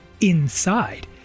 inside